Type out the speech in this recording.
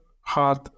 hard